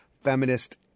feminist